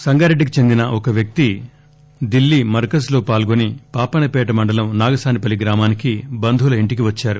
సంగారెడ్దికి చెందిన ఒక వ్యక్తి ఢిల్లీ మర్కజ్ లో పాల్గొని పాపన్న పేట మండలం నాగసానపల్లి గ్రామానికి బంధువుల ఇంటికి వచ్చారు